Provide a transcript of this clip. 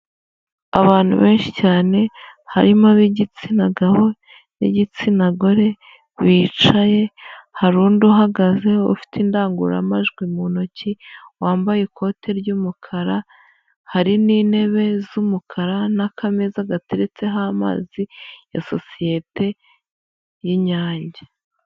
Abantu benshi cyane harimo ab'igitsina gabo n'igitsina gore bicaye, hari undi uhagazeho ufite indangururamajwi mu ntoki wambaye ikoti ry'umukara, hari n'intebe z'umukara n'akameza gateretseho amazi ya sociyete y'inyange.